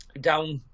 down